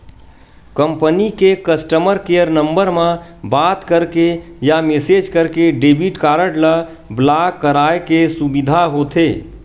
company के customer care number म बात करके या मेसेज करके डेबिट कारड ल ब्लॉक कराए के सुबिधा होथे